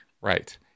right